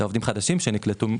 אלה עובדים חדשים שנקלטו מאפס.